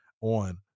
on